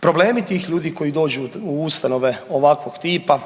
problemi tih ljudi koji dođu u ustanove ovakvog tipa